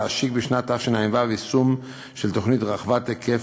להשיק בשנת תשע"ו יישום של תוכנית רחבת היקף